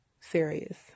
serious